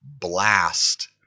blast